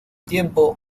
tiempo